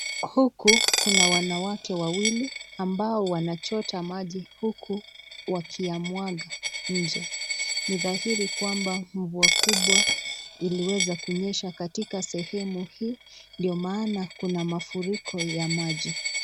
Huku kuna wanawake wawili ambao wanachota maji uku wakiyamwanga nje. Ni dhairi kwamba mvua kubwa iliweza kunyesha katika sehemu hii ndio maana kuna mafuriko ya maji.